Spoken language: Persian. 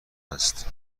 است